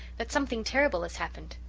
that something terrible has happened.